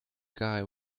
guy